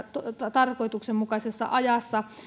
tarkoituksenmukaisessa ajassa